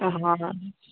हा हा हा